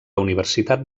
universitat